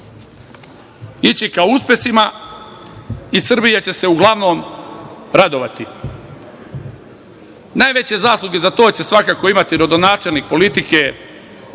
ići ka uspesima i Srbija će se uglavnom radovati. Najveće zasluge za to će svakako imati rodonačelnik politike